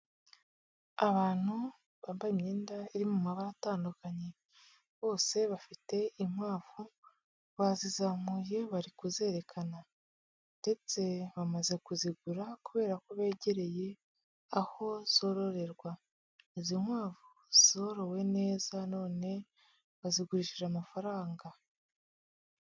Abantu bambaye imyenda iri mu mabara atandukanye, bose bafite inkwavu, bazizamuye bari kuzerekana ndetse bamaze kuzigura kubera ko begereye aho zororerwa. Izi nkwavu zorowe neza none bazigurishije amafaranga.